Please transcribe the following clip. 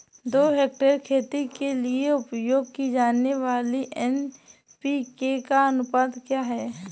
दो हेक्टेयर खेती के लिए उपयोग की जाने वाली एन.पी.के का अनुपात क्या है?